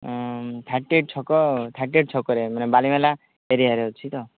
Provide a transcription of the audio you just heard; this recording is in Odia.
ଥାର୍ଟି ଏଇଟ୍ ଛକ ଥାର୍ଟି ଏଇଟ୍ ଛକରେ ମାନେ ବାଲିମେଲା ଏରିଆରେ ଅଛି ତ